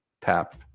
tap